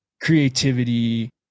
creativity